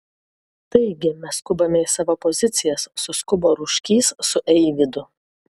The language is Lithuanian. taigi mes skubame į savo pozicijas suskubo ruškys su eivydu